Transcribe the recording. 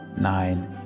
nine